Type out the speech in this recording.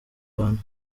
abantu